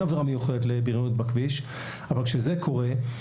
אין עבירה מיוחדת לבריונות בכביש אבל כשזה קורה,